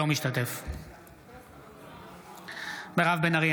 אינו משתתף בהצבעה מירב בן ארי,